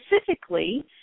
Specifically